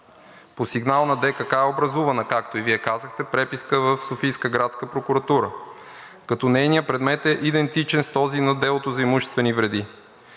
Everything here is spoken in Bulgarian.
По сигнал на ДКК е образувана, както и Вие казахте, преписка в Софийска градска прокуратура, като нейният предмет е идентичен с този на делото за имуществени вреди.